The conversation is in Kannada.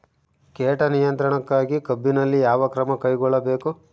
ಕೇಟ ನಿಯಂತ್ರಣಕ್ಕಾಗಿ ಕಬ್ಬಿನಲ್ಲಿ ಯಾವ ಕ್ರಮ ಕೈಗೊಳ್ಳಬೇಕು?